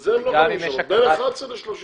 את זה הם לא יכולים לשנות בין 11 ל-30,